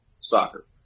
soccer